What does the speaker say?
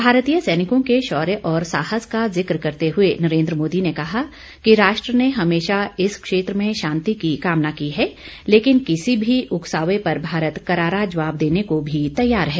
भारतीय सैनिकों के शौर्य और साहस का जिक्र करते हुए श्री मोदी ने कहा कि राष्ट्र ने हमेशा इस क्षेत्र में शांति की कामना की है लेकिन किसी भी उकसावे पर भारत करारा जवाब देने को भी तैयार है